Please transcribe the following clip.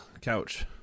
couch